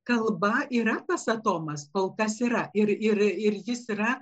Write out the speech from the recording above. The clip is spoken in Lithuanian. kalba yra tas atomas kol kas yra ir ir jis yra